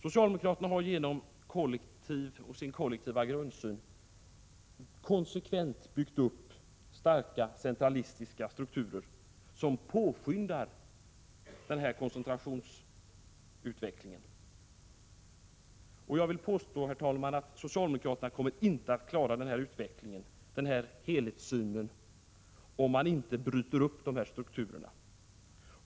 Socialdemokraterna har genom sin kollektiva grundsyn konsekvent byggt upp starka centralistiska strukturer som påskyndar denna koncentrationsutveckling. Jag vill påstå, herr talman, att socialdemokraterna inte kommer att klara denna utveckling, denna helhetssyn, om de inte bryter upp dessa strukturer.